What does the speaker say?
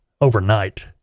overnight